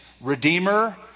Redeemer